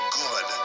good